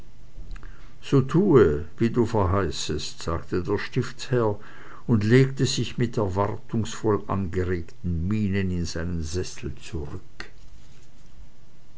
so tue wie du verheißest sagte der stiftsherr und legte sich mit erwartungsvoll angeregten mienen in seinen sessel zurück